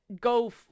go